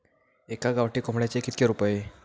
एका गावठी कोंबड्याचे कितके रुपये?